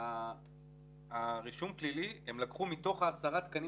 את הרישום הפלילי הם לקחו מתוך ה-10 תקנים